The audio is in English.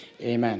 Amen